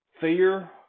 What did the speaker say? fear